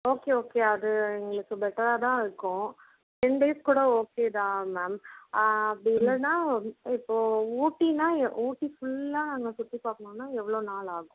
okay okay அது எங்களுக்கு பெட்டராக தான் இருக்கும் டென் டேஸ் கூட ஓகே தான் மேம் அப்படி இல்லைனா இப்போ ஊட்டின்னா ஏ ஊட்டி ஃபுல்லாக அங்கே சுற்றி பார்க்கணுனா எவ்வளோ நாள் ஆகும்